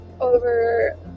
over